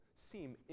seem